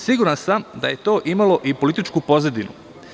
Siguran sam da je to imalo i političku pozadinu.